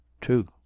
two